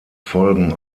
folgen